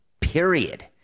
period